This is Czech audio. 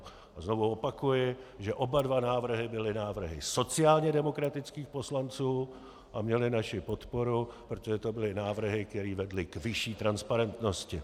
A znovu opakuji, že oba dva návrhy byly návrhy sociálně demokratických poslanců a měly naši podporu, protože to byly návrhy, které vedly k vyšší transparentnosti.